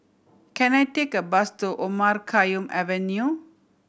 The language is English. can I take a bus to Omar Khayyam Avenue